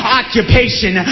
occupation